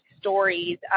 stories